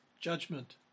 judgment